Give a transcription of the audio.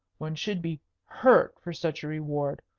one should be hurt for such a reward.